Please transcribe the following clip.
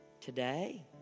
Today